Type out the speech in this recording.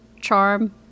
charm